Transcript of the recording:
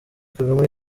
kagame